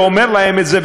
ואומר להם את זה,